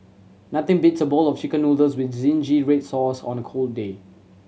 nothing beats a bowl of Chicken Noodles with zingy red sauce on a cold day